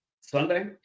Sunday